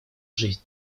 жизни